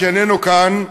שאיננו כאן,